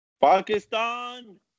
Pakistan